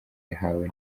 yahawe